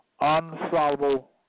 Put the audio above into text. unsolvable